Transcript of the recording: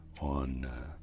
on